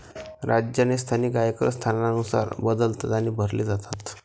राज्य आणि स्थानिक आयकर स्थानानुसार बदलतात आणि भरले जातात